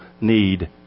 need